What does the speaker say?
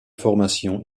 formation